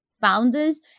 founders